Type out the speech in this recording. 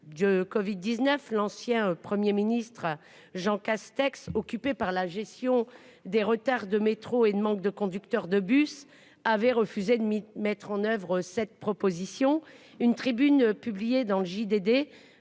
de Covid 19 l'ancien 1er ministre Jean Castex, occupé par la gestion des retards de métro et de manque de conducteurs de bus avaient refusé de m'y mettre en oeuvre cette proposition une tribune publiée dans le JDD,